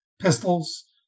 pistols